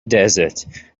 desert